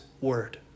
word